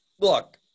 Look